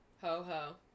Ho-ho